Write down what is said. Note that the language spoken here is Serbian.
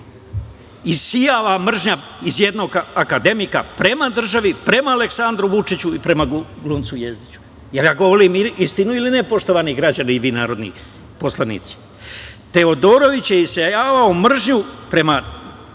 isijava mržnja iz jednog akademika prema državi, prema Aleksandru Vučiću i prema glumcu Jezdiću. Da li ja govorim istinu ili ne, poštovani građani i vi narodni poslanici? Teodorović je isejavao mržnju prema